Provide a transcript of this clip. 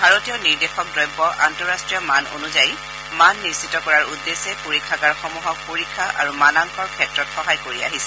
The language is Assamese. ভাৰতীয় নিৰ্দেশক দ্ৰব্য আন্তৰাষ্ট্ৰীয় মান অনুযায়ী মান নিশ্চিত কৰাৰ উদ্দেশ্যে পৰীক্ষাগাৰসমূহক পৰীক্ষা আৰু মানাংকনৰ ক্ষেত্ৰত সহায় কৰি আহিছে